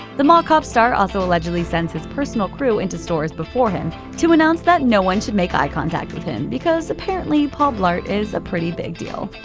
the mall cop star also allegedly sends his personal crew into stores before him to announce that no one should make eye contact with him, because apparently, paul blart is a pretty big deal.